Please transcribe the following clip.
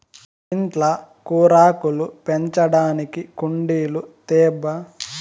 ఇంట్ల కూరాకులు పెంచడానికి కుండీలు తేబ్బా